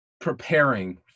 preparing